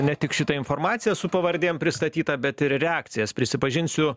ne tik šitą informaciją su pavardėm pristatytą bet ir reakcijas prisipažinsiu